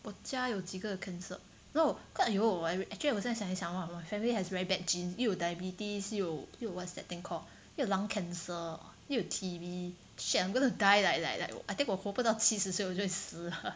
我家有几个 cancer no quite !aiyo! actually 我现在想一想 hor 我的 family has very bad genes 又有 diabetes 又有又有 what's that thing called 又有 lung cancer 又有 T_B shit I'm going to die like like like I think 我活不到七十岁我就会死了